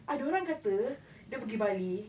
ada orang kata dia pergi bali